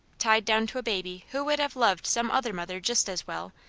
tied down to a baby who would have loved some other mother just as well,